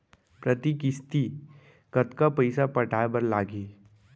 प्रति किस्ती कतका पइसा पटाये बर लागही?